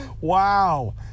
Wow